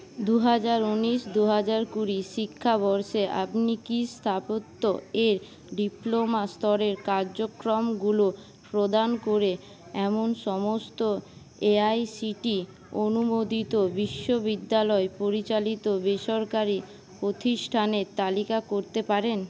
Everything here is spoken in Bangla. দু হাজার উনিশ দু হাজার কুড়ি শিক্ষাবর্ষে আপনি কি স্থাপত্যে ডিপ্লোমাস্তরের কার্যক্রমগুলো প্রদান করে এমন সমস্ত এআইসিটি অনুমোদিত বিশ্ববিদ্যালয় পরিচালিত বেসরকারি প্রতিষ্ঠানের তালিকা করতে পারেন